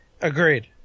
Agreed